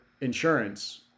insurance